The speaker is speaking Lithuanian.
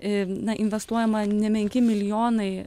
ir na investuojama nemenki milijonai